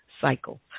cycle